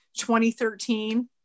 2013